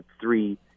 three